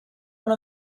one